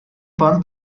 pont